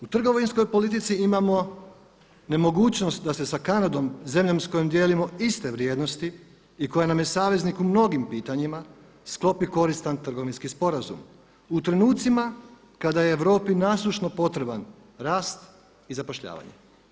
U trgovinskoj politici imamo nemogućnost da se sa Kanadom zemljom s kojom dijelimo iste vrijednosti i koja nam je saveznik u mnogim pitanjima sklopi koristan trgovinski sporazum u trenucima kada je Europi nasušno potreban rasta i zapošljavanje.